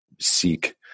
seek